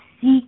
seek